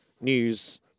news